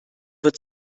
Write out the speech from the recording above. wird